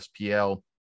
SPL